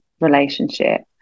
relationship